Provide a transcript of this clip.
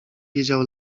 wiedział